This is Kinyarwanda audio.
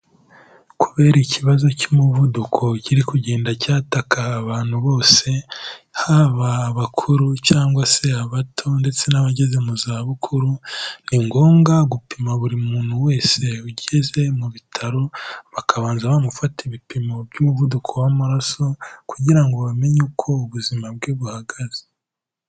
Kubera ikibazo cy'umuvuduko kiri kugenda cyataka abantu bose, haba abakuru cyangwa se abato ndetse n'abageze mu zabukuru, ni ngombwa gupima buri muntu wese ugeze mu bitaro, bakabanza bamufata ibipimo by'umuvuduko w'amaraso kugira ngo bamenye uko ubuzima bwe buhagaze.